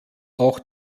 auch